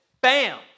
bam